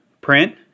print